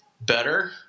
better